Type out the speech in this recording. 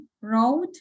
road